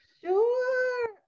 Sure